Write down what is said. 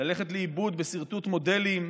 ללכת לאיבוד בסרטוט מודלים,